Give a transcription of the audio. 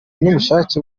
n’ubushake